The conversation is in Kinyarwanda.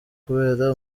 kubera